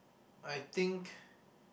I think